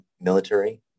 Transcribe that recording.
military